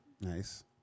Nice